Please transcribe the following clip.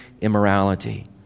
immorality